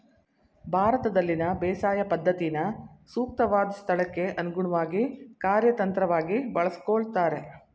ಭಾರತದಲ್ಲಿನ ಬೇಸಾಯ ಪದ್ಧತಿನ ಸೂಕ್ತವಾದ್ ಸ್ಥಳಕ್ಕೆ ಅನುಗುಣ್ವಾಗಿ ಕಾರ್ಯತಂತ್ರವಾಗಿ ಬಳಸ್ಕೊಳ್ತಾರೆ